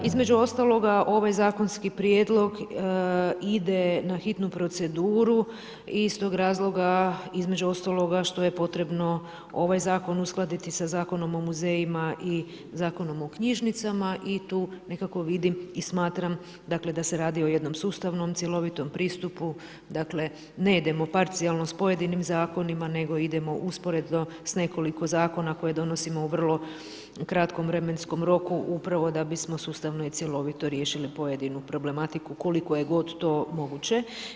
Između ostaloga ovaj zakonski prijedlog ide na hitnu proceduru i iz tog razloga, između ostaloga što je potrebno ovaj zakon uskladiti sa Zakonom o muzejima i Zakonom o knjižnicama i tu nekako vidim i smatram da se radi o jednom sustavnom, cjelovitom pristupu, dakle ... s pojedinim zakona, nego idemo usporedno s nekoliko zakona koje donosimo u vrlo kratkom vremenskom roku, upravo da bismo sustavno i cjelovit riješili pojedinu problematiku, koliko je god to moguće.